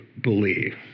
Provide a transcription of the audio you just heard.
believe